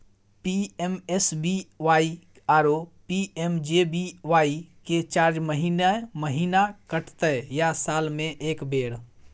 PMSBY आरो PMJBY के charge महीने महीना कटते या साल म एक बेर?